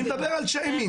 מי מדבר על שיימינג?